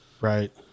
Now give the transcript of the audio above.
Right